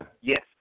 Yes